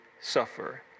suffer